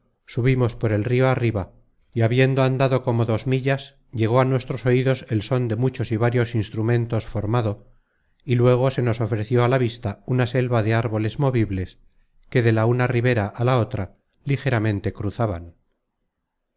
subimos por el rio arriba y habiendo content from google book search generated at andado como dos millas llegó á nuestros oidos el són de muchos y varios instrumentos formado y luego se nos ofreció a la vista una selva de árboles movibles que de la una ribera á la otra ligeramente cruzaban